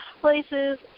places